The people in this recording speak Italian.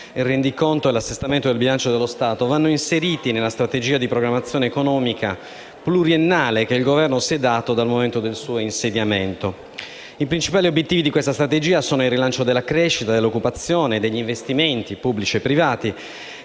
il Rendiconto e l'Assestamento del bilancio dello Stato, vanno inseriti nella strategia di preparazione economica pluriennale che il Governo si è dato dal momento del suo insediamento. I principali obiettivi di questa strategia sono il rilancio della crescita, dell'occupazione e degli investimenti pubblici e privati,